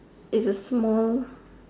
is a small